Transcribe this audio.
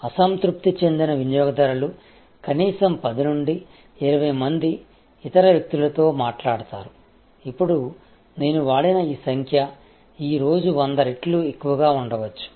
అసంతృప్తి చెందిన వినియోగదారులు కనీసం 10 నుండి 20 మంది ఇతర వ్యక్తులతో మాట్లాడతారు ఇప్పుడు నేను వాడిన ఈ సంఖ్య ఈ రోజు 100 రెట్లు ఎక్కువగా ఉండవచ్చు